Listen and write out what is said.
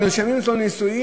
ונרשמים אצלו לנישואים,